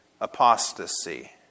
apostasy